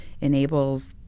enables